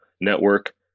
network